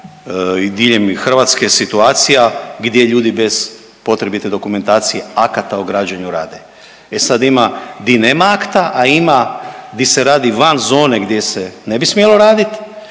i diljem Hrvatske situacije gdje ljudi bez potrebite dokumentacije akata o građenju rade. E sad, ima di nema akta, a ima di se radi van zone gdje se ne bi smjelo raditi